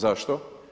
Zašto?